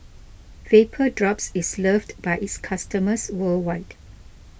Vapodrops is loved by its customers worldwide